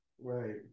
Right